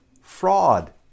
fraud